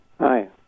Hi